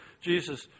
Jesus